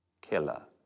killer